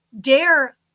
Dare